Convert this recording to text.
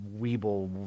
weeble